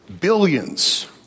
Billions